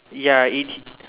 ya it